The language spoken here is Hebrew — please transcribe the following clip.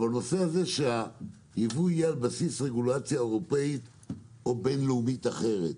אבל הנושא הזה שהיבוא יהיה על בסיס רגולציה אירופאית או בינלאומית אחרת,